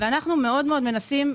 ומבחינתנו,